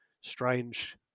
strange